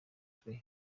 story